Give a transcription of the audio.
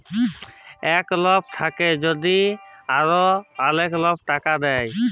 call app থাক্যে যদি অল্লো অকৌলটে টাকা দেয়